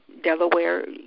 Delaware